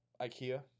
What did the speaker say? Ikea